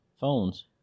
phones